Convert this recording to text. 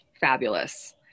fabulous